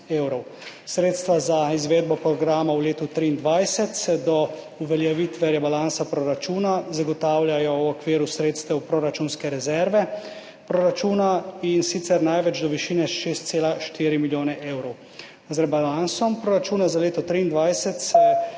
Sredstva za izvedbo programa v letu 2023 se do uveljavitve rebalansa proračuna zagotavljajo v okviru sredstev proračunske rezerve, in sicer največ do višine 6,4 milijona evrov. Z rebalansom proračuna za leto 2023 se